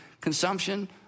consumption